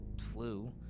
flu